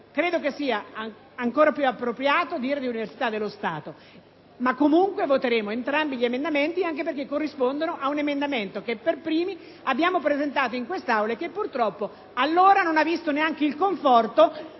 Credo che sia ancor più appropriato dire «università dello Stato» ma, comunque, voteremo a favore di entrambi gli emendamenti, anche perché corrispondono a una proposta che, per primi, abbiamo presentato in quest'Aula e che, purtroppo, allora non ha visto neanche il conforto